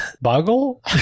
Boggle